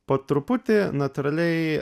po truputį natūraliai